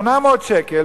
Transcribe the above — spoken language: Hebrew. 800 שקל,